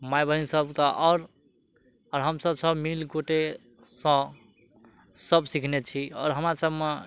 माय बहिन सब तऽ आओर आओर हमसब सब मिल कुटेसँ सब सीखने छी आओर हमरा सबमे